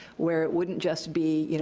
where it wouldn't just be, you know